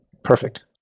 Perfect